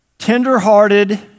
tenderhearted